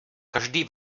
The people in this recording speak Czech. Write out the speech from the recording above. každý